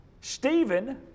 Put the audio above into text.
Stephen